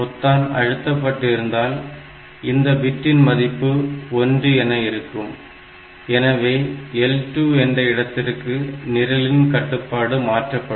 பொத்தான் அழுத்த பட்டிருந்தால் இந்த பிட்டின் மதிப்பு 1 bit1 என இருக்கும் எனவே L2 என்ற இடத்திற்கு நிரலின் கட்டுப்பாடு மாற்றப்படும்